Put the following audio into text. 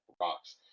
rocks